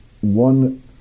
one